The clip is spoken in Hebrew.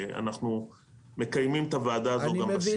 אנחנו מקיימים את הוועדה הזאת גם בשגרה.